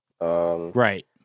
Right